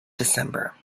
december